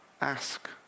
ask